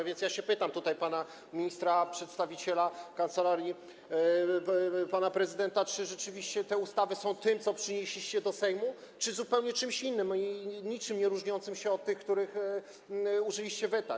A więc pytam pana ministra, przedstawiciela kancelarii pana prezydenta: Czy rzeczywiście te ustawy są tym, co przynieśliście do Sejmu, czy zupełnie czymś innym, niczym nieróżniącym się od tych, wobec których użyliście weta?